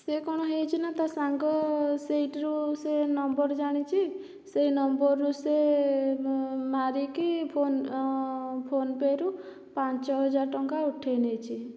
ସିଏ କ'ଣ ହେଇଛି ନା ତା ସାଙ୍ଗ ସେଇଟିରୁ ସେ ନମ୍ବର ଜାଣିଛି ସେଇ ନମ୍ବରରୁ ସେ ମାରିକି ଫୋନ ଫୋନପେରୁ ପାଞ୍ଚହଜାର ଟଙ୍କା ଉଠାଇନେଇଛି